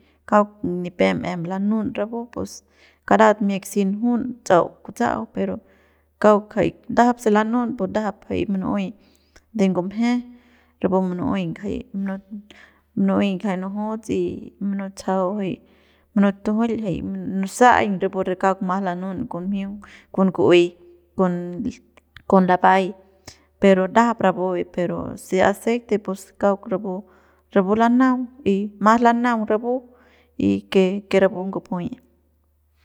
Kauk nipep em lanun rapu pus karat miak si njun tsa'au kutsa'au pero kauk jay ndajap se lanu'un ndajap munu'ey jay de ngumje rapu munuey ngajay munujuts y munutsajau jay munutujul jay munusa'aiñ jay kauk mas lanun con mjiung com ku'uey con lapay pero ndajap rapu pero si aceite pus kauk rapu rapu lanaung y mas lanaung rapu y que rapu ngupuyi.